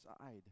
side